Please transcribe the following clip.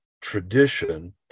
tradition